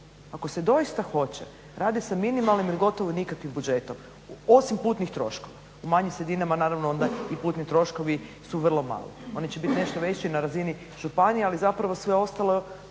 ako se doista hoće radi sa minimalnim ili gotovo sa nikakvim budžetom osim putnih troškova. U manjim sredinama onda i putni troškovi su vrlo mali. Oni će biti nešto veći na razini županije ali zapravo sve ostalo